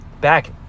back